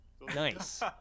Nice